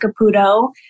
Caputo